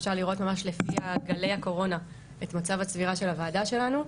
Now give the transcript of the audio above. אפשר לראות ממש לפי גלי הקורונה את מצב הצבירה של הוועדה שלנו,